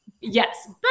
Yes